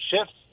shifts